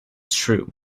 true